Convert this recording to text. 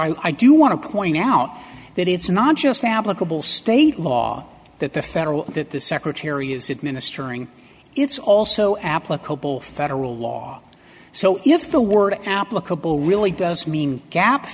i do want to point out that it's not just applicable state law that the federal that the secretary is administering it's also applicable federal law so if the word applicable really does mean a gap